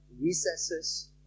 recesses